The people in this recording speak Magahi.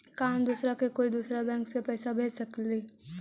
का हम दूसरा के कोई दुसरा बैंक से पैसा भेज सकिला?